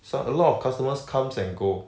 so a lot of customers comes and go